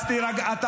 אז אל תתנשאו עלינו.